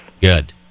Good